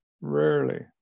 rarely